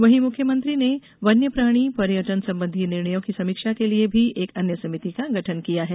वहीं मुख्यमंत्री ने वन्यप्राणी पर्यटन संबंधी निर्णयों की समीक्षा के लिए भी एक अन्य समिति का गठन किया है